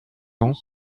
ans